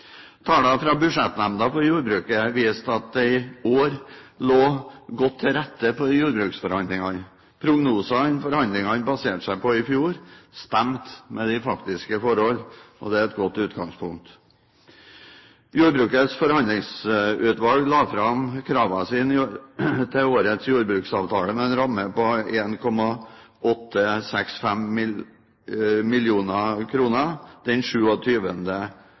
Tallene fra Budsjettnemnda for jordbruket viste at det i år lå godt til rette for jordbruksforhandlingene. Prognosene forhandlingene baserte seg på i fjor, stemte med de faktiske forhold. Det er et godt utgangspunkt. Jordbrukets forhandlingsutvalg la fram kravene sine til årets jordbruksavtale med en ramme på 1 865 mill. kr den